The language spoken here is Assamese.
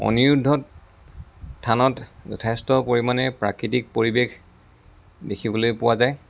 অনিৰুদ্ধ থানত যথেষ্ট পৰিমাণে প্ৰাকৃতিক পৰিৱেশ দেখিবলৈ পোৱা যায়